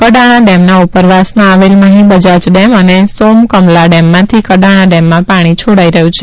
કડાણા ડેમના ઉપરવાસમાં આવેલ મહી બજાજ ડેમ અને સોમકમલા ડેમમાંથી કડાણા ડેમમાં પાણી છોડાઈ રહ્યું છે